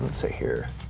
let's see here.